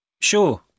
Sure